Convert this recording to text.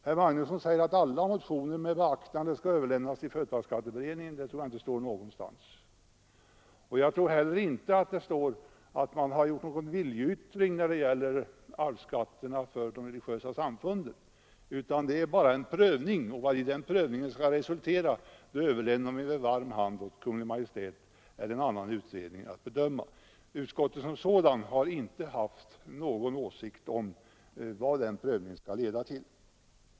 Herr Magnusson säger att alla motioner med beaktande skall överlämnas till företagsskatteberedningen. Det tror jag inte står någonstans i betänkandet. Jag tror inte heller att det står att man gjort någon viljeyttring när det gäller arvsskatterna för de religiösa samfunden, utan det är bara fråga om en prövning. Vad den skall resultera i överlämnar man med varm hand åt Kungl. Maj:t eller någon utredning att bedöma. Utskottet som sådant har inte haft någon åsikt om vad den prövningen skall leda till.